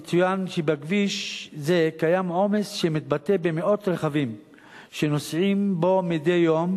שבכביש זה קיים עומס שמתבטא במאות רכבים שנוסעים בו מדי יום,